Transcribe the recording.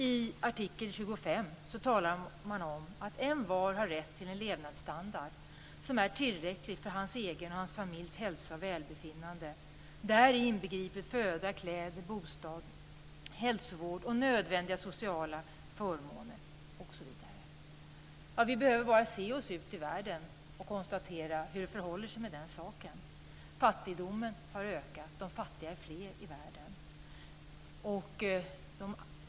I artikel 25 talar man om att envar har rätt till en levnadsstandard som är tillräcklig för hans egen och hans familjs hälsa och välbefinnande, däri inbegripet föda, kläder, bostad, hälsovård och nödvändiga sociala förmåner, osv. Vi behöver bara se oss omkring i världen för att konstatera hur det förhåller sig med den saken. Fattigdomen har ökat. De fattiga är fler i världen.